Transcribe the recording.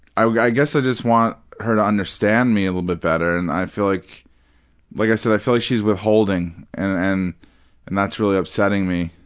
i like i guess i just want her to understand me a little bit better and i feel like like i said, i feel like she's withholding and and that's really upsetting me.